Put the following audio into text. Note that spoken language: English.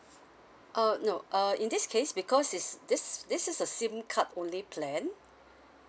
uh no uh in this case because is this this is a sim card only plan